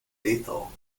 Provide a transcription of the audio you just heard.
lethal